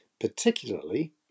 particularly